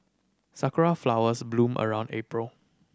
sakura flowers bloom around April